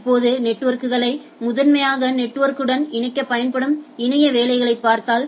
இப்போது நெட்வொர்க்குகளை முதன்மையாக நெட்வொர்க்குடன் இணைக்கப் பயன்படும் இணைய வேலைகளைப் பார்த்தால்